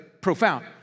profound